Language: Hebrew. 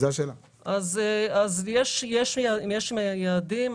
יש יעדים.